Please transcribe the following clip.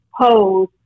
Pose